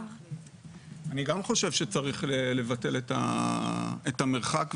אני גם חושב שצריך לבטל את המרחק ולהישאר.